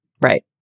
Right